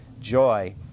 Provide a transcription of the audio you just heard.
joy